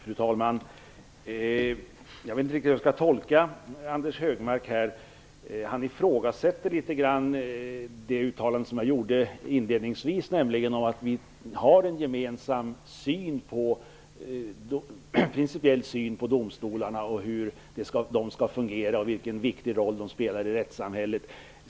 Fru talman! Jag vet inte riktigt hur jag skall tolka det Anders Högmark här säger. Han ifrågasätter det uttalande som jag inledningsvis gjorde, nämligen att vi har en gemensam principiell syn på domstolarna, hur de skall fungera och vilken viktig roll de spelar i rättssamhället.